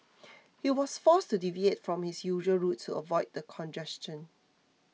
he was forced to deviate from his usual route to avoid the congestion